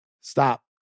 stop